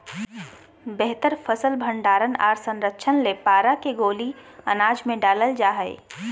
बेहतर फसल भंडारण आर संरक्षण ले पारा के गोली अनाज मे डालल जा हय